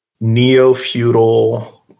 neo-feudal